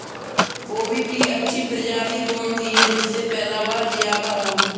गोभी की अच्छी प्रजाति कौन सी है जिससे पैदावार ज्यादा हो?